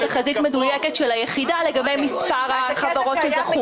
תחזית מדויקת של היחידה לגבי מספר החברות שזכו.